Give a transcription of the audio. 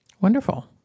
Wonderful